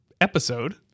episode